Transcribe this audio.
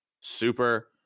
Super